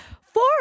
Four